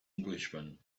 englishman